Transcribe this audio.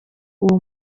uwo